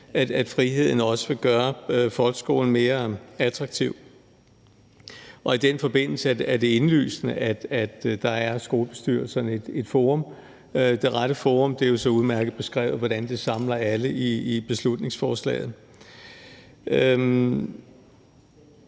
at friheden også vil gøre folkeskolen mere attraktiv. Og i den forbindelse er det indlysende, at der er skolebestyrelserne det rette forum; det er jo så udmærket beskrevet i beslutningsforslaget,